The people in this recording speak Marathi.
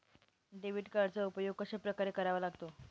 डेबिट कार्डचा उपयोग कशाप्रकारे करावा लागतो?